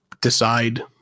decide